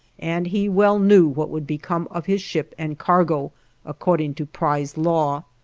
and he well knew what would become of his ship and cargo according to prize law,